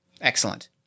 Excellent